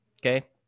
Okay